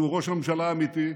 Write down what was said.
שהוא ראש הממשלה האמיתי,